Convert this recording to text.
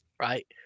right